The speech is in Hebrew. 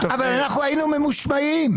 אנחנו היינו ממושמעים.